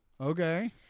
Okay